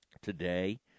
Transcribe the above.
today